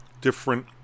different